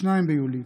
2 ביולי,